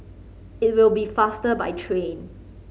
it will be faster by train